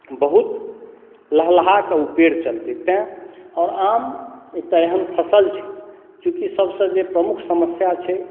बहुत लहलहाके ओ पेड़ चलतै तैँ आओर आम एकटा एहन फसल छै जेकि सबसे जे प्रमुख समस्या छै